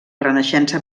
renaixença